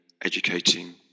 educating